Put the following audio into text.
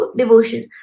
devotion